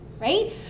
right